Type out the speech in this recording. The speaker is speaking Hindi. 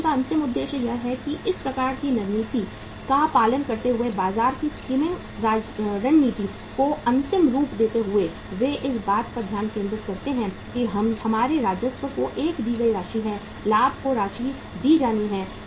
कंपनी का अंतिम उद्देश्य यह है कि इस प्रकार की रणनीति का पालन करते हुए बाजार की स्कीमिंग रणनीति को अंतिम रूप देते हुए वे इस बात पर ध्यान केंद्रित करते हैं कि हमारे राजस्व को एक दी गई राशि है लाभ को राशि दी जानी है